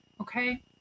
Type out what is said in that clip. Okay